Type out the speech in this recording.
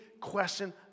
question